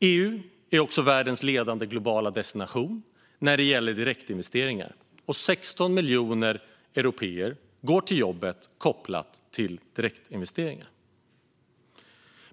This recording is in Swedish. EU är också världens ledande globala destination när det gäller direktinvesteringar, och 16 miljoner européer går till jobbet kopplat till direktinvesteringar.